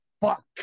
Fuck